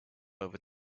over